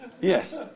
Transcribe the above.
Yes